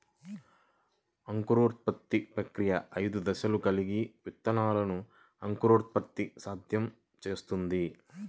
అంకురోత్పత్తి ప్రక్రియ ఐదు దశలను కలిగి విత్తనాల అంకురోత్పత్తిని సాధ్యం చేస్తుంది